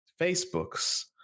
Facebooks